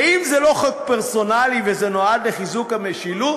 ואם זה לא חוק פרסונלי וזה נועד לחיזוק המשילות,